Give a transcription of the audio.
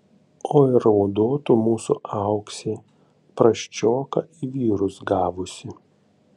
oi raudotų mūsų auksė prasčioką į vyrus gavusi